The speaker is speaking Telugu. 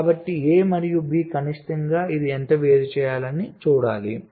కాబట్టి A మరియు B కనిష్టంగా ఇది ఎంత వేరుచేయాలి